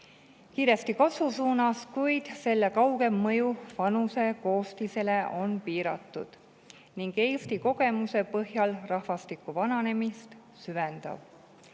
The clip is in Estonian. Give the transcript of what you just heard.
kiire kasvu suunas, kuid selle kaugem mõju vanuselisele koostisele on piiratud ning Eesti kogemuse põhjal [hoopis] rahvastiku vananemist süvendav,